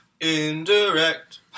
Indirect